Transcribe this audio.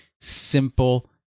simple